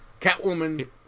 Catwoman